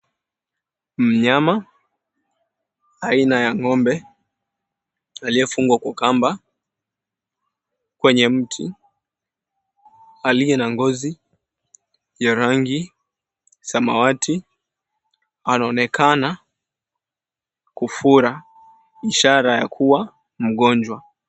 Mnyama aina ya ng'ombe aliyefungwa kamba kwenye mti aliye na ngozi ya rangi samawati anaonekana kufura ishara ya kuwa mgonjwa.